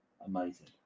Amazing